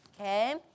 Okay